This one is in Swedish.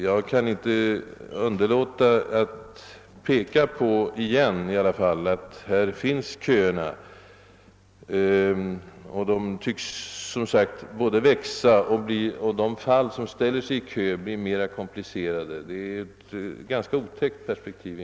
Jag kan inte underlåta att återigen erinra om att det på detta område finns köer, att dessa tycks växa och att de som bildar dessa blir alltmer svårplacerade. Det är ett ganska otäckt perspektiv.